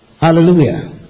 Hallelujah